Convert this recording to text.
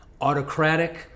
autocratic